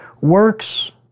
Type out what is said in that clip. works